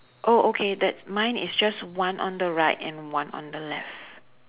oh okay that mine is just one on the right and one on the left